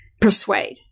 persuade